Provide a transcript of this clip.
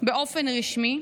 באופן רשמי,